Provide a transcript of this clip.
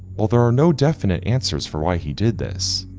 although there are no definite answers for why he did this,